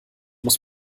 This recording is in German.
muss